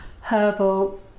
herbal